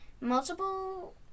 Multiple